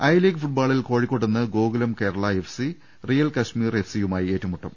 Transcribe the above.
I league ഫുട്ബോളിൽ കോഴിക്കോട്ട് ഇന്ന് ഗ്ഗോകുലം കേരള എഫ്സി റിയൽ കശ്മീർ എഫ്സിയുമായി ഏറ്റുമുട്ടും